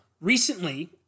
Recently